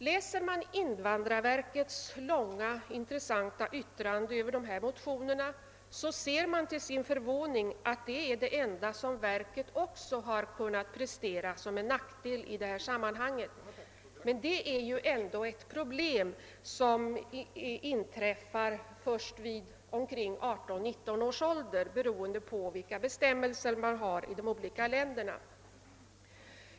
Läser man invandrarverkets långa intressanta yttrande över motionerna, ser man också till sin förvåning att detta är den enda nackdel som verket har kunnat peka på i detta sammanhang, men det är ju ändå ett problem som blir aktuellt först i 18—19-årsåldern, beroende på vilka bestämmelser som gäller i de olika länderna.